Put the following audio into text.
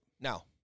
Now